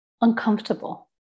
uncomfortable